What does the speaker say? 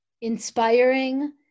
inspiring